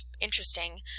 interesting